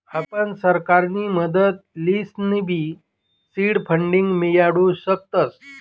आपण सरकारनी मदत लिसनबी सीड फंडींग मियाडू शकतस